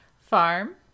Farm